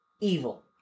evil